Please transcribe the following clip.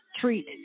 treat